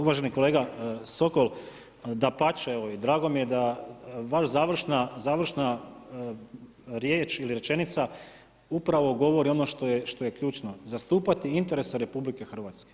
Uvaženi kolega Sokol, dapače, evo i drago mi je da vaša završna riječ ili rečenica upravo govori ono što je ključno, zastupati interese RH.